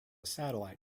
satellite